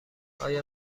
آیا